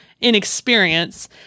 inexperience